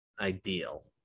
ideal